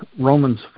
Romans